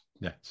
yes